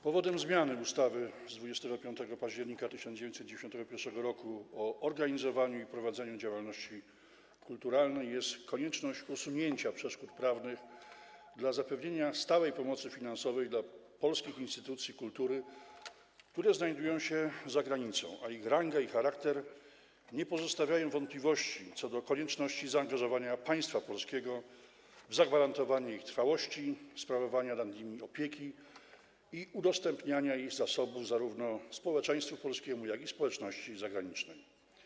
Powodem zmiany ustawy z 25 października 1991 r. o organizowaniu i prowadzeniu działalności kulturalnej jest konieczność usunięcia przeszkód prawnych dla zapewnienia stałej pomocy finansowej dla polskich instytucji kultury, które znajdują się za granicą, a których ranga i charakter nie pozostawiają wątpliwości co do konieczności zaangażowania państwa polskiego w zagwarantowanie ich trwałości, sprawowania nad nimi opieki i udostępniania ich zasobów zarówno społeczeństwu polskiemu, jak i społeczności zagranicznej.